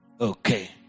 okay